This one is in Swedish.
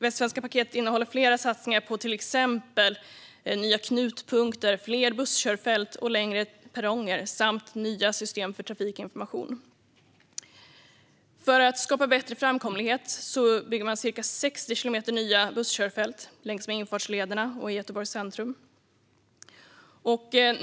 Västsvenska paketet innehåller flera satsningar på till exempel nya knutpunkter, fler busskörfält och längre perronger samt nya system för trafikinformation. För att skapa bättre framkomlighet bygger man ca 60 kilometer nya busskörfält längs med infartslederna och i Göteborgs centrum.